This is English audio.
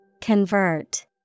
Convert